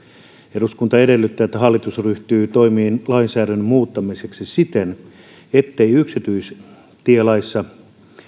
eduskunta edellyttää että hallitus ryhtyy toimiin lainsäädännön muuttamiseksi siten ettei yksityistielaissa